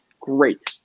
great